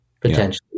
potentially